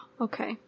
Okay